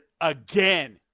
again